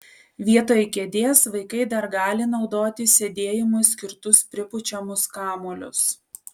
vietoj kėdės vaikai dar gali naudoti sėdėjimui skirtus pripučiamus kamuolius